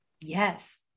Yes